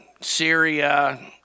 Syria